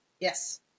Yes